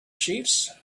chiefs